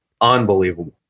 Unbelievable